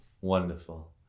Wonderful